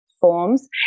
forms